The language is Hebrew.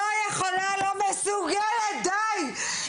לא יכולה, לא מסוגלת, די.